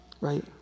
Right